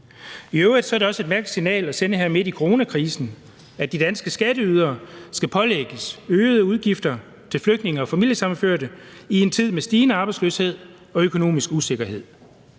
I øvrigt er det også et mærkeligt signal at sende her midt i coronakrisen, at de danske skatteydere skal pålægges øgede udgifter til flygtninge og familiesammenførte i en tid med stigende arbejdsløshed og økonomisk usikkerhed.